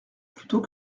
plutôt